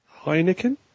Heineken